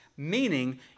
Meaning